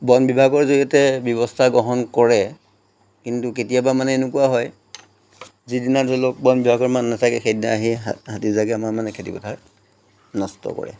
বন বিভাগৰ জৰিয়তে ব্যৱস্থা গ্ৰহণ কৰে কিন্তু কেতিয়াবা মানে এনেকুৱা হয় যিদিনা ধৰি লওক বনবিভাগৰ মানুহ নাথাকে সেইদিনা আহি হাতীজাকে আমাৰ মানে খেতিপথাৰ নষ্ট কৰে